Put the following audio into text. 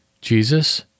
Jesus